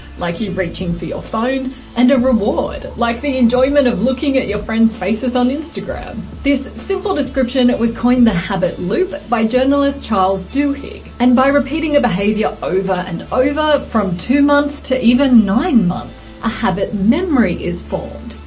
like you reaching for your phone and a reward, like the enjoyment of looking at your friends' faces on instagram. this simple description was coined the habit loop by the journalist charles duhigg. and by repeating a behaviour over and over from two months to even nine months a habit memory is formed.